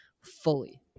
fully